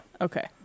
Okay